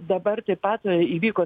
dabar taip pat įvyko